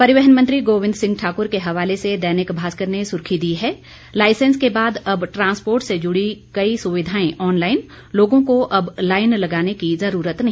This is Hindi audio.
परिवहन मंत्री गोविंद सिंह ठाकुर के हवाले से दैनिक भास्कर ने सुर्खी दी है लाइसेंस के बाद अब ट्रांसपोर्ट से जुड़ी कई सुविधाएं ऑनलाईन लोगों को अब लाईन लगाने की जरूरत नहीं